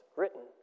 written